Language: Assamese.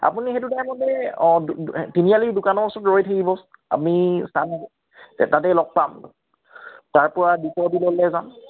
আপুনি সেইটো টাইমতে অঁ তিনিআলিৰ দোকানৰ ওচৰত ৰৈ থাকিব আমি তাত তাতেই লগ পাম তাৰ পৰা দীপৰ বিললৈ যাম